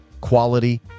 quality